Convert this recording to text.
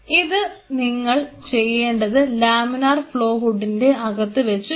ഇത് നിങ്ങൾ ചെയ്യേണ്ടത് ലാ മിനാർ ഫ്ലോ ഹുഡിനകത്ത് വെച്ച് വേണം